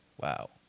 Wow